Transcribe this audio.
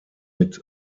mit